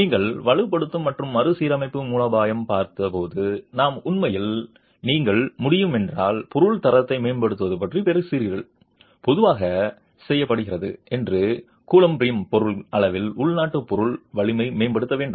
நீங்கள் வலுப்படுத்தும் மற்றும் மறுசீரமைப்பு மூலோபாயம் பார்த்து போது நாம் உண்மையில் நீங்கள் முடியும் என்றால் பொருள் தரத்தை மேம்படுத்துவது பற்றி பேசுகிறீர்கள் பொதுவாக செய்யப்படுகிறது என்று கூழ்மப்பிரிப்பு பொருள் அளவில் உள்நாட்டில் பொருள் வலிமை மேம்படுத்த வேண்டும்